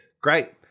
Great